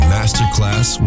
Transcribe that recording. Masterclass